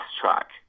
track